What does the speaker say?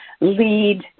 lead